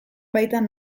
baitan